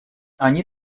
они